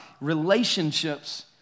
relationships